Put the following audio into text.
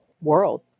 world